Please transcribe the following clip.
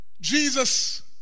Jesus